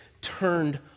turned